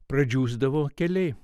pradžiūsdavo keliai